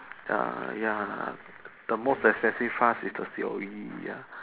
ya ya the most expensive is the C_O